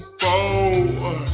four